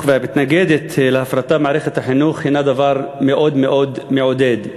המתנגדת להפרטה במערכת החינוך הנה דבר מאוד מעודד.